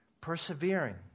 persevering